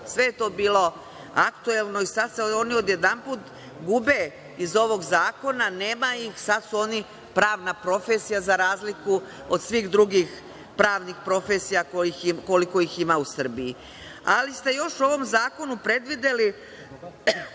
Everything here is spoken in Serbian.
sve je to bilo aktuelno i sada se oni odjedanput gube iz ovog zakona, nema ih, sad su oni pravna profesija, za razliku od svih drugih pravnih profesija koliko ih ima u Srbiji. Ali ste još u ovom zakonu predvideli,